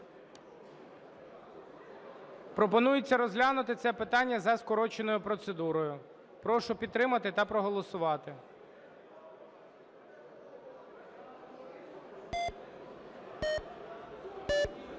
Пропонується розглянути це питання за скороченою процедурою. Прошу підтримати та проголосувати.